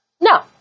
No